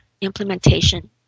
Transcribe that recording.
implementation